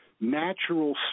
natural